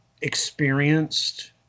experienced